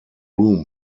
room